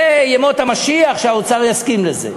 זה ימות המשיח שהאוצר יסכים לזה.